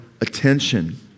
attention